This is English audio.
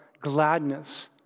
gladness